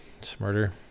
smarter